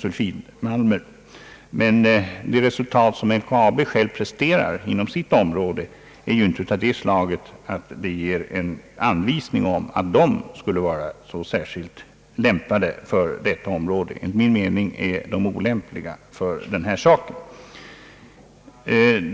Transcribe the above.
sulfitmalmer, men de resultat som LKAB självt presterat inom sitt område är inte av det slaget att de ger en anvisning om att just LKAB skulle vara särskilt lämpat att verka på detta område. Enligt min mening är LKAB olämpligt för denna sak.